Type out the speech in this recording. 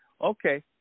okay